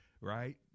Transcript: right